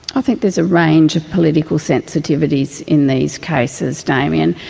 i think there's a range of political sensitivities in these cases, damien.